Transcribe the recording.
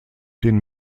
den